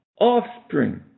offspring